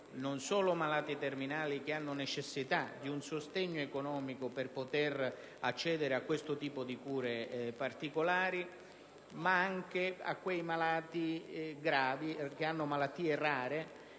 non solo malati terminali, che necessitano di un sostegno economico per poter accedere a questo genere di cure particolari, ma anche quei malati gravi che presentano malattie rare,